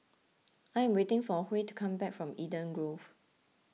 I am waiting for Huey to come back from Eden Grove